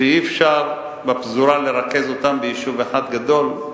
שאי-אפשר בפזורה לרכז אותם ביישוב אחד גדול,